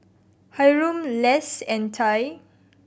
Hyrum Less and Ty